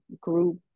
group